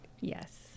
Yes